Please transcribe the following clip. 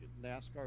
NASCAR